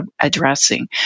addressing